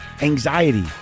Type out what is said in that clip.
Anxiety